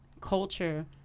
culture